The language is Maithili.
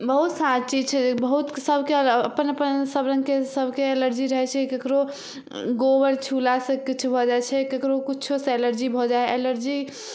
बहुत सारा चीज छै जे बहुत सबके अपन अपन सब रङ्गके सबके एलर्जी रहै छै केकरो गोबर छुला से किछु भऽ जाइ छै केकरो किछो से एलर्जी भऽ जाए हइ एलर्जी